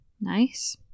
nice